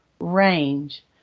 range